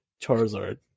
Charizard